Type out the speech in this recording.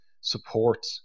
support